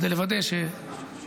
כדי לוודא שבסדר,